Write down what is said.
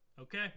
Okay